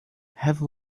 have